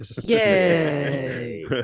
Yay